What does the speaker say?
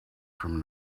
from